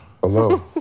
Hello